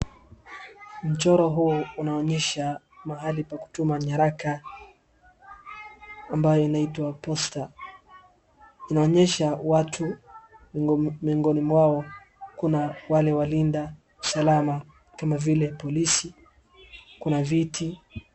Mchoro huu unaonyesha mahali pa kutuma nyaraka ambaye inaitwa posta inaonyesha watu miongoni mwao kuna wale walinda usalama kama vile polisi kuna viti.